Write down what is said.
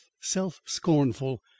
self-scornful